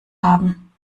haben